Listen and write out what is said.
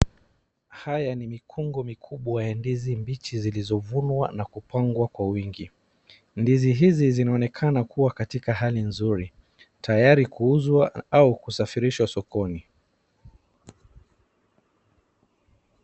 Haya ni makungu makubwa ya ndizi mbichi zilizovunwa na kupangwa kwa wingi. Ndizi hizi zinzonekana kuwa katika hali mzuri tayari kuuzwa au kusafirishwa sokoni.